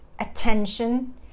attention